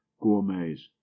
gourmets